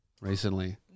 recently